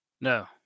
no